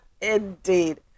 Indeed